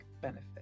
benefit